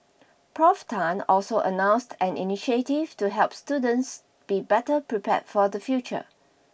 Prof Tan also announced an initiative to help students be better prepared for the future